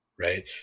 right